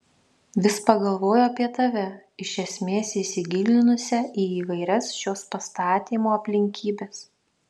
vis pagalvoju apie tave iš esmės įsigilinusią į įvairias šios pastatymo aplinkybes